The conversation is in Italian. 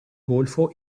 golfo